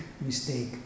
mistake